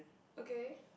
okay